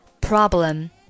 problem